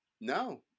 No